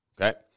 Okay